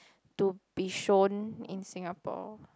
to be shown in Singapore